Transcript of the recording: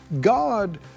God